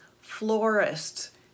florists